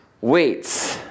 weights